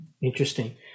Interesting